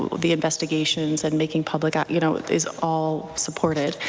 the investigations and making public, ah you know is all supported.